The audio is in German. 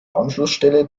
anschlussstelle